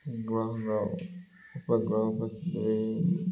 ଗ୍ରହ ଉପଗ୍ରହରେ